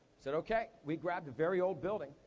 said okay. we grabbed a very old building,